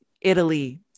Italy